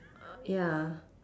ya